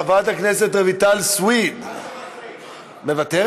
חברת הכנסת רויטל סויד, מוותרת?